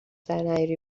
درنیاری